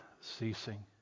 ceasing